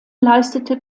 leistete